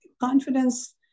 confidence